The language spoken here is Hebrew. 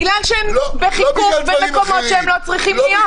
בגלל שהם בחיכוך במקומות שהם לא צריכים להיות.